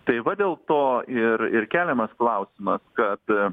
tai va dėl to ir ir keliamas klausimas kad